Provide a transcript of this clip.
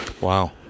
Wow